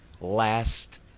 last